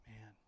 Man